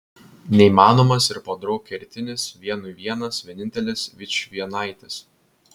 neįmanomas ir podraug kertinis vienui vienas vienintelis vičvienaitis